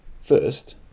First